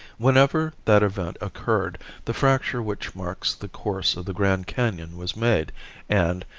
whenever that event occurred the fracture which marks the course of the grand canon was made and,